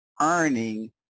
earning